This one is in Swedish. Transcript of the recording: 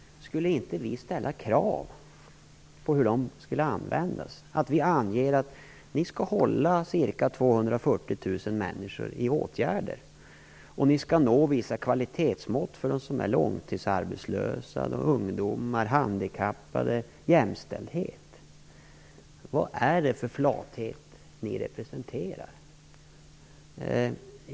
Skulle inte vi ställa krav på hur de medlen skall användas och ange att ca 240 000 människor skall hållas i åtgärder och att vissa kvalitetsmått skall nås för dem som är långtidsarbetslösa, för ungdomar, för handikappade och för jämställdheten? Vad är det för flathet ni representerar?